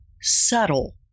subtle